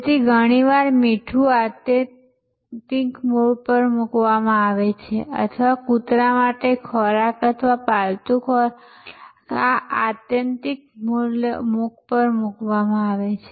તેથી ઘણીવાર મીઠું આત્યંતિક પર મૂકવામાં આવે છે અથવા કૂતરા માટે ખોરાક અથવા પાલતુ ખોરાક આ આત્યંતિક પર મૂકવામાં આવે છે